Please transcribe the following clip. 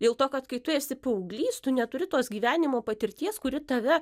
dėl to kad kai tu esi paauglys tu neturi tos gyvenimo patirties kuri tave